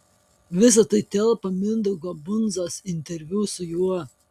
visa tai telpa į mindaugo bundzos interviu su juo